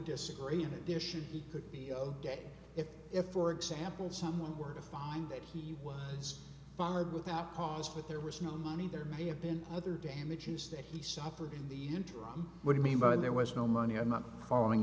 disagree that there should be could be zero day if if for example someone were to find that he was fired without cause but there was no money there may have been other damages that he suffered in the interim what you mean by there was no money i'm not following